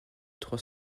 trois